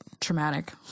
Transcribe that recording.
Traumatic